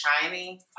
shiny